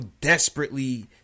desperately